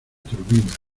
turbina